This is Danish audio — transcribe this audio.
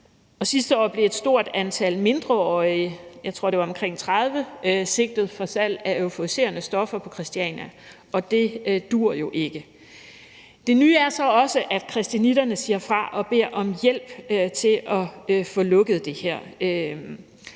mindreårige – jeg tror, det var omkring 30 – sigtet for salg af euforiserende stoffer på Christiania, og det duer jo ikke. Det nye er så også, at christianitterne siger fra og beder om hjælp til at få lukket det her,